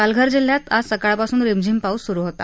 पालघर जिल्ह्यात आज सकाळपासून रिमझिम पाऊस पडला